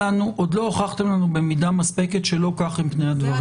נעשה את זה בהחלט.